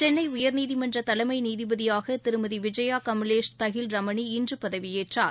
சென்னை உயர்நீதிமன்ற தலைமை நீதிபதியாக திருமதி விஜயா கமலேஷ் தஹில் ரமணி இன்று ந பதவியேற்றார்